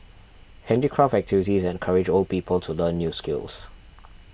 handicraft activities encourage old people to learn new skills